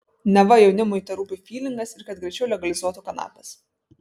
neva jaunimui terūpi fylingas ir kad greičiau legalizuotų kanapes